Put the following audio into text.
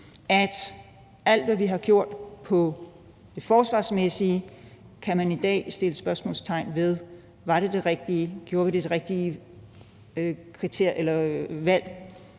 at alt, hvad vi har gjort på det forsvarsmæssige område, kan man i dag sætte spørgsmålstegn ved, for var det det rigtige, gjorde vi det rigtige,